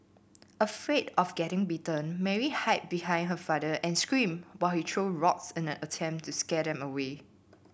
afraid of getting bitten Mary hide behind her father and screamed while he threw rocks in an attempt to scare them away